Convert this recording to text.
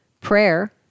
prayer